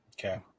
okay